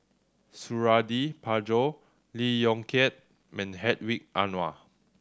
Suradi Parjo Lee Yong Kiat Hedwig Anuar